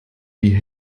die